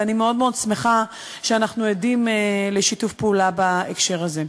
ואני מאוד מאוד שמחה שאנחנו עדים לשיתוף פעולה בהקשר הזה.